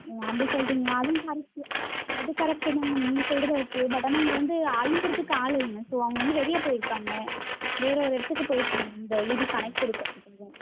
ம் அப்படி சொல்கிறிங்களா அதுவும் கரெக்ட்டு அது கரெக்ட்டு தான் மேம் நீங்கள் சொல்வது ஓகே பட் ஆனால் இங்கே வந்து அனுப்புறத்துக்கு ஆள் இல்லைங்க ஸோ அவங்க வந்து வெளியே போயிருக்காங்க வேறு ஒரு இடத்துக்கு போயிருக்காங்க இந்த இபி கனெக்ட் கொடுக்கறதுக்காக